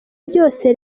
byose